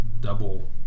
double